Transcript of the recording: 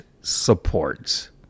supports